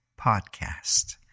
Podcast